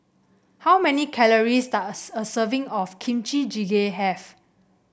how many calories a serving of Kimchi Jjigae have